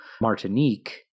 Martinique